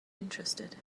interested